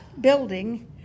building